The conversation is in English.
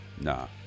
Nah